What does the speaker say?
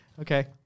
Okay